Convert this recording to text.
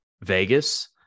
vegas